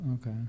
Okay